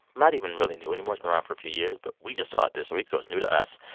not even really new anymore it's been around for a few years, but we just saw it this week. so it's new to us.